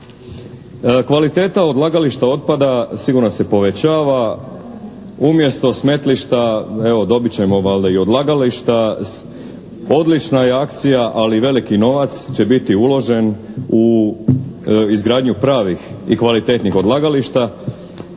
Kvaliteta odlagališta otpada sigurno se povećava. Umjesto smetlišta evo dobit ćemo valjda i odlagališta. Odlična je akcija ali i veliki novac će biti uložen u izgradnju pravih i kvalitetnih odlagališta